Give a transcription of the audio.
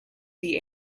the